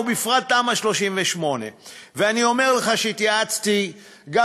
ובפרט תמ"א 38. ואני אומר לך שהתייעצתי גם